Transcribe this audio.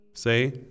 Say